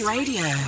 Radio